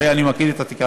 הרי אני מכיר את התקנון.